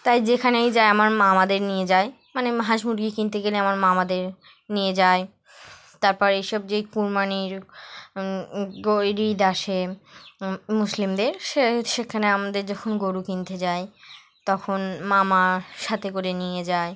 তাই যেখানেই যায় আমার মামাদের নিয়ে যায় মানে হাঁস মুরগি কিনতে গেলে আমার মামাদের নিয়ে যায় তারপর এইসব যেই কুরবানির ঈদ আসে মুসলিমদের সে সেখানে আমাদের যখন গরু কিনতে যাই তখন মামার সাথে করে নিয়ে যায়